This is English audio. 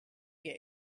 get